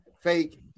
fake